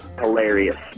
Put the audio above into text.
Hilarious